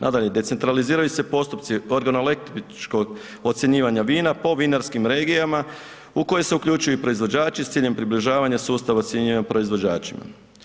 Nadalje, decentraliziraju se postupci, organolektičko ocjenjivanja vina po vinarskim regijama u koje se uključuju i proizvođači s ciljem približavanja sustava ocjenjivanja proizvođačima.